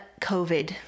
COVID